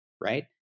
right